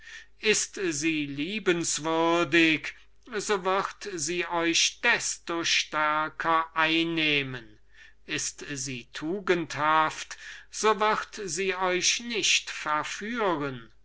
ist sie liebenswürdig so wird sie euch desto stärker einnehmen ist sie tugendhaft so wird sie euch nicht verführen